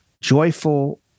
joyful